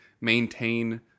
maintain